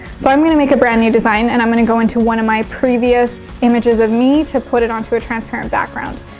so i'm gonna make a brand new design and i'm gonna go into one of my previous images of me to put it onto a transparent background.